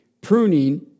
Pruning